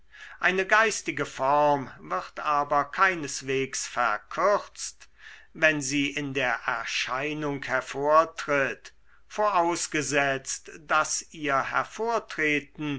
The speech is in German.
eine geistige form wird aber keineswegs verkürzt wenn sie in der erscheinung hervortritt vorausgesetzt daß ihr